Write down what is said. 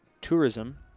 tourism